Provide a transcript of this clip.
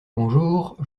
bonjour